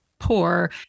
poor